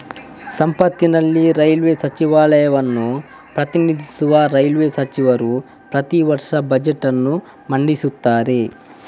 ಸಂಸತ್ತಿನಲ್ಲಿ ರೈಲ್ವೇ ಸಚಿವಾಲಯವನ್ನು ಪ್ರತಿನಿಧಿಸುವ ರೈಲ್ವೇ ಸಚಿವರು ಪ್ರತಿ ವರ್ಷ ಬಜೆಟ್ ಅನ್ನು ಮಂಡಿಸುತ್ತಾರೆ